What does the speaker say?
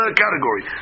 category